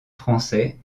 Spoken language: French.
français